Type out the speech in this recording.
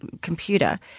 computer